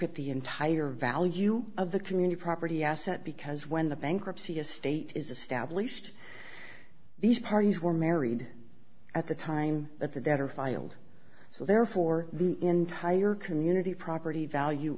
at the entire value of the community property asset because when the bankruptcy estate is established these parties were married at the time that the debtor failed so therefore the entire community property value